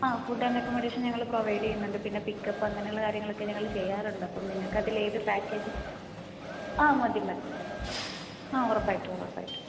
ആ food and accommodation ഞങ്ങൾ provide ചെയ്യുന്നുണ്ട് പിന്നെ പിക്കപ്പ് അങ്ങനെയുള്ള കാര്യങ്ങളൊക്കെ ഞങ്ങൾ ചെയ്യാറുണ്ട് അപ്പം നിങ്ങൾക്കതിൽ ഏത് പാക്കേജ് ആ മതി മതി ആ ഉറപ്പായിട്ടും ഉറപ്പായിട്ടും